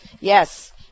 Yes